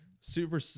super